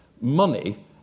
money